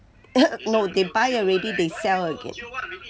no they buy already they sell again